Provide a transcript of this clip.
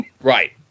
Right